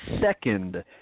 second